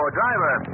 driver